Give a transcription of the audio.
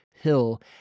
hill